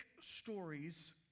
stories